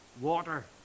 water